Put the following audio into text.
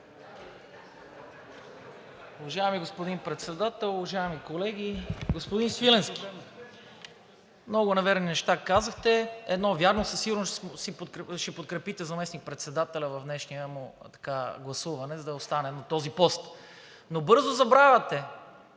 Уважаеми господин Председател, уважаеми колеги! Господин Свиленски, много неверни неща казахте. Едно е вярно – със сигурност ще подкрепите заместник-председателя в днешното му гласуване да остане на този пост. Но бързо забравяте,